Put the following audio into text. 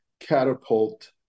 catapult